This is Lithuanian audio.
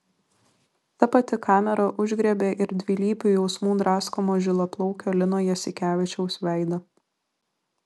ta pati kamera užgriebė ir dvilypių jausmų draskomo žilaplaukio lino jasikevičiaus veidą